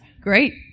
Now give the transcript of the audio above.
great